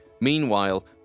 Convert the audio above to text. Meanwhile